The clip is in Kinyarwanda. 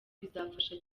bizafasha